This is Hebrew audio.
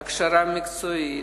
הכשרה מקצועית,